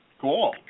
Cool